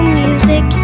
music